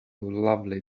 lovely